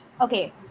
okay